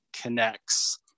connects